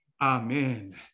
Amen